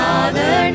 Father